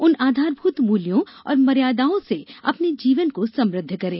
उन आधारभूत मूल्यों और मर्यादाओं से अपने जीवन को समृद्ध करें